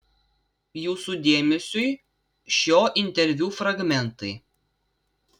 jūsų dėmesiui šio interviu fragmentai